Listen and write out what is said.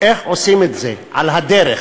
איך עושים את זה, על הדרך,